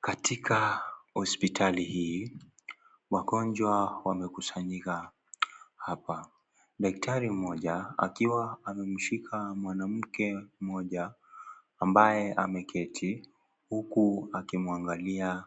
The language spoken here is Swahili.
Katika hosipitali hii, wagonjwa wamekusanyika hapa. Daktari mmoja, akiwa anamshika mwanamke mmoja, ambaye ameketi, huku akimwangalia